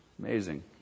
Amazing